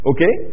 Okay